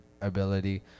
ability